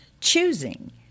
choosing